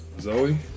Zoe